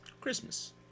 Christmas